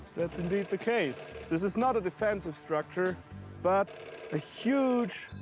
that's indeed the case. this is not a defensive structure but a huge,